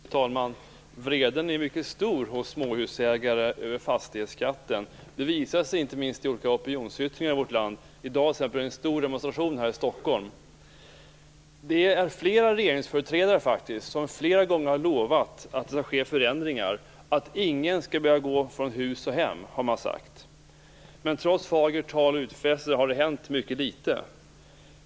Fru talman! Vreden är mycket stor hos småhusägare över fastighetsskatten. Det visar sig inte minst i olika opinionsyttringar. I dag hålls t.ex. en stor demonstration här i Stockholm. Flera regeringsföreträdare har faktiskt flera gånger lovat att det skall ske förändringar. Ingen skall behöva gå från hus och hem, har man sagt. Men trots fagert tal och utfästelser har det hänt mycket litet.